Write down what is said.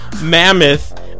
Mammoth